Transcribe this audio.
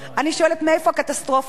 אני שואלת: מאיפה הקטסטרופה הזו?